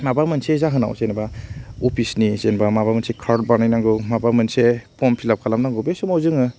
माबा मोनसे जाहोनाव जेनेबा अफिसनि जेनेबा माबा मोनसे कार्ड बानायनांगौ माबा मोनसे फर्म फिलाप खालामनांगौ बे समाव जोङो